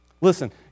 Listen